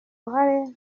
ruhare